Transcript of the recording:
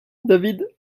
david